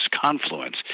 confluence